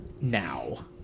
now